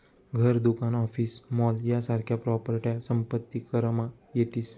घर, दुकान, office, mall यासारख्या प्रॉपर्ट्या संपत्ती करमा येतीस